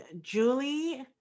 Julie